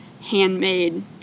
handmade